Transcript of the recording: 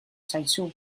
zaizu